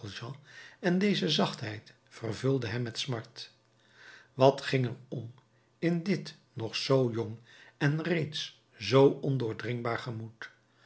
en deze zachtheid vervulde hem met smart wat ging er om in dit nog zoo jong en reeds zoo ondoordringbaar gemoed